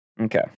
Okay